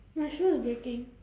my shoe is breaking